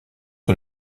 que